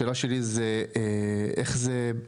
השאלה שלי זה איך זה,